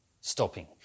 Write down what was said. stopping